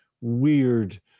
weird